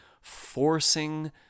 Forcing